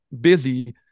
busy